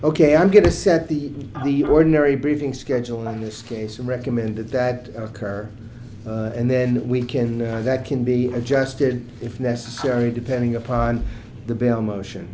ok i'm going to set the ordinary briefing schedule on this case recommended that occur and then we can that can be adjusted if necessary depending upon the bell motion